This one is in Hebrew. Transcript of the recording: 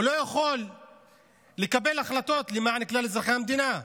הוא לא יכול לקבל החלטות למען כלל אזרחי המדינה.